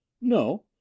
No